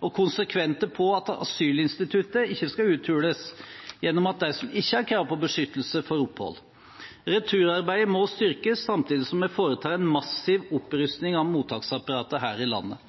og konsekvente på at asylinstituttet ikke skal uthules gjennom at de som ikke har krav på beskyttelse, får opphold. Returarbeidet må styrkes, samtidig som vi foretar en massiv opprustning av mottaksapparatet her i landet.